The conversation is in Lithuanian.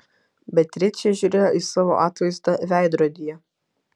beatričė žiūrėjo į savo atvaizdą veidrodyje